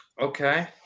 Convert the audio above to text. Okay